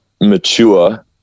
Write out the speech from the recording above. mature